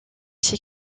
ses